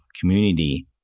community